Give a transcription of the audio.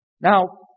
Now